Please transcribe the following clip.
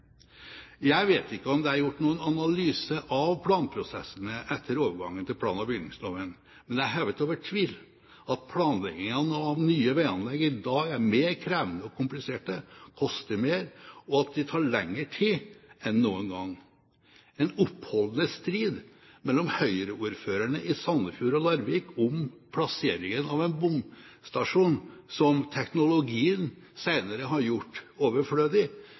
Jeg vet ikke om det er gjort noen analyse av planprosessene etter overgangen til plan- og bygningsloven, men det er hevet over tvil at planleggingen av nye veianlegg i dag er mer krevende og komplisert, koster mer og tar lengre tid enn noen gang. En oppholdende strid mellom Høyre-ordførerne i Sandefjord og Larvik om plasseringen av en bomstasjon som teknologien senere har gjort overflødig,